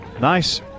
Nice